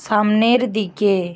সামনের দিকে